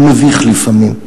הוא מביך לפעמים,